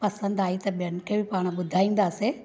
पसंदि आई त ॿियनि खे बि पाण ॿुधाईंदासीं